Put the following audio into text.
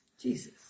Jesus